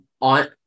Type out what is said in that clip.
on